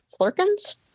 Flurkins